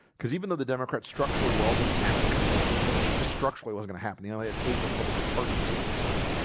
because even though the democrats structurally were almost never gonna win the senate it just structurally was gonna happen you know, they had eight republican target seats this year